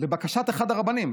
לבקשת אחד הרבנים,